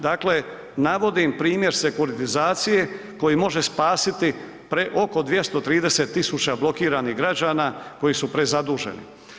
Dakle, navodim primjer sekuritizacije koji može spasiti oko 230 000 blokiranih građana koji su prezaduženi.